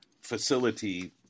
facility